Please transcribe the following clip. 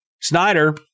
Snyder